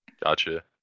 Gotcha